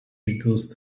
reduced